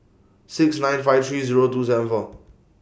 six nine five three Zero two seven four